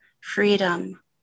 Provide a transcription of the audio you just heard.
freedom